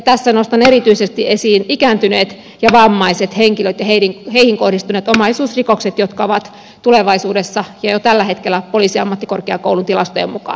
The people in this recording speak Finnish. tässä nostan erityisesti esiin ikääntyneet ja vammaiset henkilöt ja heihin kohdistuneet omaisuusrikokset jotka ovat tulevaisuudessa ja jo tällä hetkellä poliisiammattikorkeakoulun tilastojen mukaan nousussa